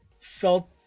felt